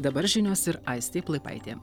dabar žinios ir aistė plaipaitė